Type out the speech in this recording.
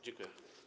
Dziękuję.